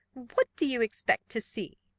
what do you expect to see?